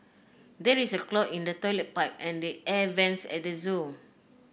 there is a clog in the toilet pipe and the air vents at the zoo